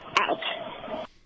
out